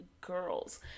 Girls